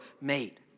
made